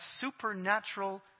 supernatural